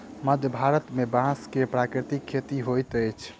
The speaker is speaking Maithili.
मध्य भारत में बांस के प्राकृतिक खेती होइत अछि